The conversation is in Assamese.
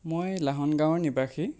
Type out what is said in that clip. মই লাহন গাঁৱৰ নিবাসী